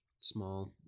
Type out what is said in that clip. small